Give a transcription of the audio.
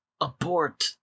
abort